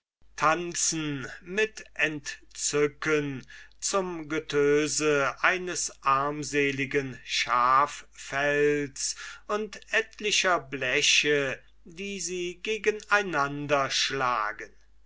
tanzen mit entzücken zum getöse eines armseligen schaffells und etlicher bleche die sie gegen einander schlagen